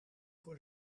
voor